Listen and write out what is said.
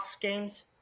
games